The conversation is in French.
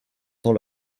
temps